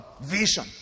vision